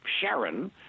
Sharon